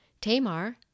Tamar